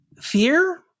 fear